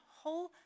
whole